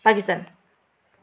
Pakistan